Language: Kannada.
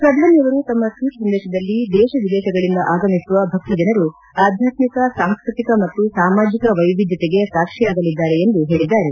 ಪ್ರಧಾನಿಯವರು ತಮ್ಮ ಣ್ವೀಬ್ ಸಂದೇಶದಲ್ಲಿ ದೇಶ ವಿದೇಶಗಳಂದ ಆಗಮಿಸುವ ಭಕ್ತ ಜನರು ಆಧ್ಯಾತ್ಮಿಕ ಸಾಂಸ್ಕೃತಿಕ ಮತ್ತು ಸಾಮಾಜಿಕ ವೈವಿಧ್ಯತೆಗೆ ಸಾಕ್ಷಿಯಾಗಅದ್ದಾರೆ ಎಂದು ಹೇಳದ್ದಾರೆ